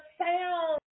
sound